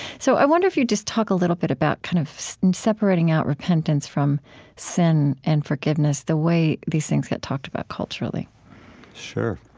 so i wonder if you'd just talk a little bit about kind of separating out repentance from sin and forgiveness, the way these things get talked about culturally sure.